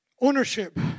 ownership